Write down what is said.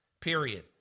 Period